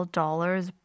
dollars